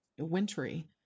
wintry